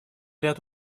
ряд